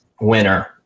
winner